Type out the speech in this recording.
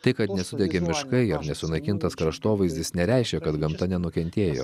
tai kad nesudegė miškai ir nesunaikintas kraštovaizdis nereiškia kad gamta nenukentėjo